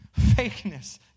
Fakeness